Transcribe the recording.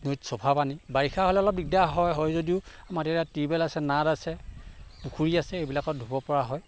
নৈত চফা পানী বাৰিষা হ'লে অলপ দিগদাৰ হয় হয় যদিও আমাৰ তেতিয়া টিউবেল আছে নাদ আছে পুখুৰী আছে এইবিলাকত ধুব পৰা হয়